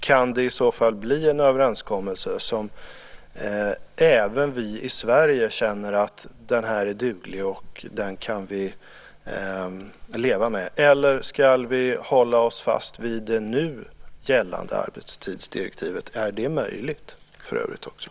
Kan det i så fall bli en överenskommelse som även vi i Sverige känner är duglig och att vi kan leva med den? Eller ska vi hålla oss fast vid det nu gällande arbetstidsdirektivet? Är det för övrigt möjligt?